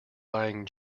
buying